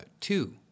two